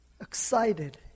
excited